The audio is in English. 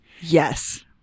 Yes